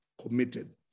committed